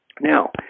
Now